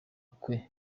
kwe